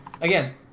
Again